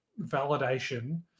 validation